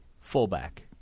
fullback